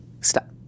Stop